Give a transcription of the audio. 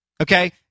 Okay